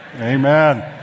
amen